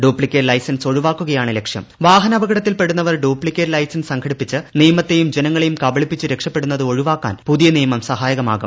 duplicate licence വാഹനാപകടത്തിൽപ്പെടുന്നവർ duplicate licence സംഘടിപ്പിച്ച് നിയമത്തേയും ജനങ്ങളേയും കബളിപ്പിച്ച് രക്ഷപ്പെടുന്നത് ഒഴിവാക്കാൻ പുതിയ നിയമം സഹായകമാകും